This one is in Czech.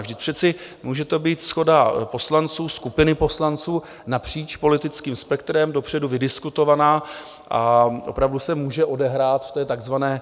Vždyť přece může to být poslanců, skupiny poslanců napříč politickým spektrem, dopředu vydiskutovaná, a opravdu se může odehrát v té takzvané devadesátce.